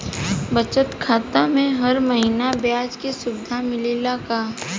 बचत खाता में हर महिना ब्याज के सुविधा मिलेला का?